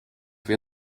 wir